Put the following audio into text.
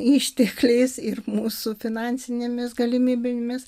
ištekliais ir mūsų finansinėmis galimybėmis